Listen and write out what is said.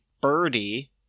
Birdie